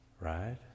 right